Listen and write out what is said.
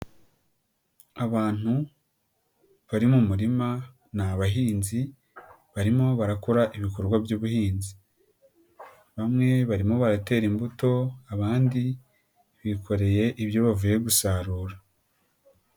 Abantu bari mu murima ni abahinzi barimo barakorakorwa by'ubuhinzi, bamwe barimo bara imbuto, abandi bikoreye ibyo bavuye gusarura.